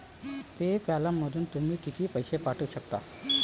पे पॅलमधून तुम्ही किती पैसे पाठवू शकता?